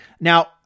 Now